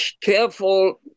careful